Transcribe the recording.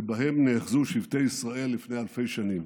שבהם נאחזו שבטי ישראל לפני אלפי שנים.